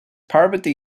parvati